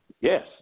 yes